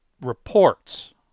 reports